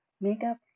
Makeup